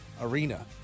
arena